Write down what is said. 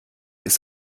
ist